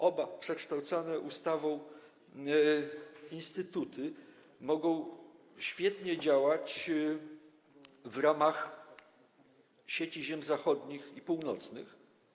Oba przekształcane ustawą instytuty mogą świetnie działać w ramach Sieci Ziem Zachodnich i Północnych.